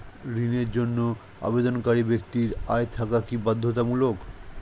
ঋণের জন্য আবেদনকারী ব্যক্তি আয় থাকা কি বাধ্যতামূলক?